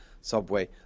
Subway